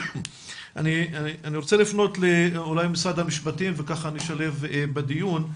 אני רוצה לפנות משרד המשפטים וככה נשלב בדיון.